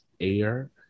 air